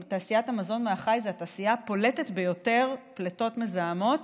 תעשיית המזון מהחי היא התעשייה הפולטת ביותר פליטות מזהמות,